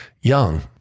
young